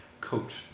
Coach